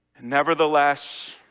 Nevertheless